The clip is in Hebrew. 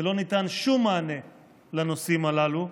ולא ניתן שום מענה לנושאים הללו,